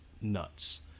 nuts